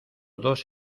dos